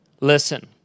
listen